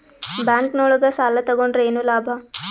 Bank ನೊಳಗ ಸಾಲ ತಗೊಂಡ್ರ ಏನು ಲಾಭ?